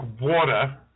water